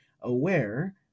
aware